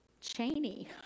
Cheney